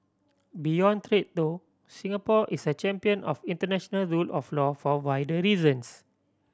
beyond trade though Singapore is a champion of international rule of law for wider reasons